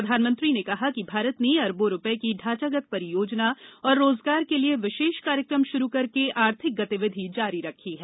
प्रधानमंत्री ने कहा कि भारत ने अरबों रुपये की ढांचागत परियोजना और रोजगार के लिए विशेष कार्यक्रम शुरू करके आर्थिक गतिविधि जारी रखी है